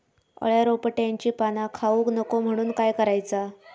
अळ्या रोपट्यांची पाना खाऊक नको म्हणून काय करायचा?